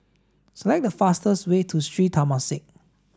select the fastest way to Sri Temasek